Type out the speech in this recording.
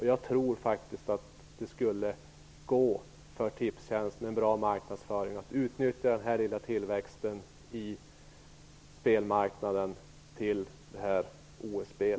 Jag tror faktiskt att Tipstjänst med en bra marknadsföring skulle kunna utnyttja denna lilla tillväxt i spelmarknaden till detta OS-spel.